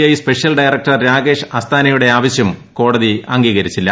I special director രാക്ട്രേഷ് അസ്താനയുടെ ആവശ്യം കോടതി അംഗീകരിച്ചില്ല